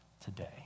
today